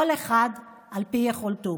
כל אחד על פי יכולתו,